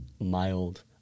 mild